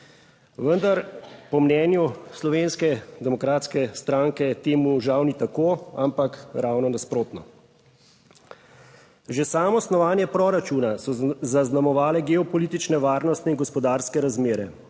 Vendar po mnenju Slovenske demokratske stranke temu žal ni tako, ampak ravno nasprotno. Že samo snovanje proračuna so zaznamovale geopolitične, varnostne in gospodarske razmere.